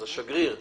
אז השגריר,